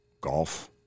golf